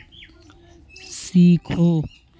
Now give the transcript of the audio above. सीखो